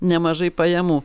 nemažai pajamų